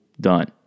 done